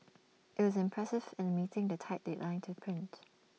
IT the impressive in A meeting the tight deadline to print